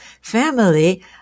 family